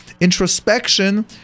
Introspection